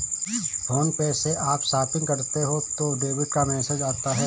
phone पे से आप शॉपिंग करते हो तो डेबिट का मैसेज आता है